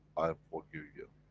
i forgive your